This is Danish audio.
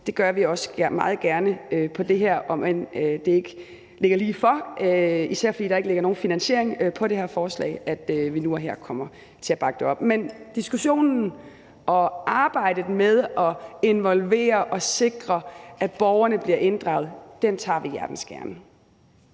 Det gør vi også meget gerne med det her, om end det ikke ligger lige for – især fordi der ikke er nogen finansiering i det her forslag – at vi nu og her kommer til at bakke det op. Men diskussionen og arbejdet med at involvere borgerne og sikre, at de bliver inddraget, tager vi hjertens gerne.